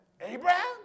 Abraham